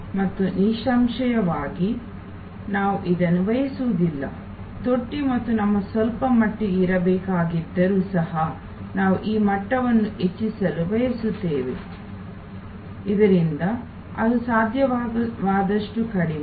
ಮತ್ತು ನಿಸ್ಸಂಶಯವಾಗಿ ನಾವು ಇದನ್ನು ಬಯಸುವುದಿಲ್ಲ ತೊಟ್ಟಿ ಮತ್ತು ನಾವು ಸ್ವಲ್ಪ ಮಟ್ಟಿಗೆ ಇರಬೇಕಾಗಿದ್ದರೂ ಸಹ ನಾವು ಈ ಮಟ್ಟವನ್ನು ಹೆಚ್ಚಿಸಲು ಬಯಸುತ್ತೇವೆ ಇದರಿಂದ ಅದು ಸಾಧ್ಯವಾದಷ್ಟು ಕಡಿಮೆ